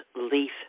leaf